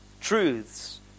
Truths